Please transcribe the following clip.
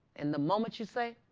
and the moment you say,